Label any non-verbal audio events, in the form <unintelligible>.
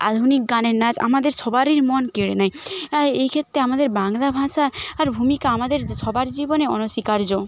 আধুনিক গানের নাচ আমাদের সবারের মন কেড়ে নেয় এই ক্ষেত্রে বাংলা ভাষা <unintelligible> ভূমিকা আমাদের সবার জীবনে অনস্বীকার্য